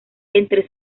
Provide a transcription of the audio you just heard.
entre